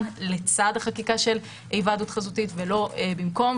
לצד החקיקה של היוועדות חזותית ולא במקום,